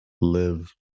live